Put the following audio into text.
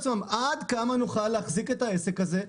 עצמם עד כמה יוכלו להחזיק את העסק הזה.